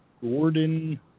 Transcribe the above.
Gordon